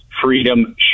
Freedom